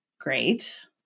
great